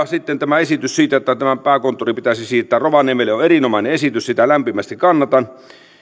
sitten tämä esitys siitä että pääkonttori pitäisi siirtää rovaniemelle on erinomainen esitys sitä lämpimästi kannatan